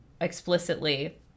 explicitly